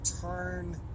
turn